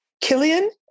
Killian